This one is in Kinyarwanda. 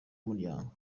umuryango